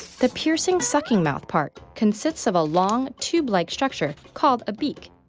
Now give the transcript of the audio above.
the piercing-sucking mouthpart consists of a long, tube-like structure called a beak.